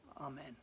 Amen